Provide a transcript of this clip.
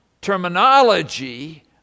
terminology